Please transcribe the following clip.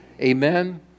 Amen